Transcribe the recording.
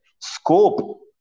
scope